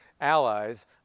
allies